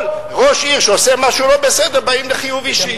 כל ראש עיר שעושה משהו לא בסדר, באים לחיוב אישי.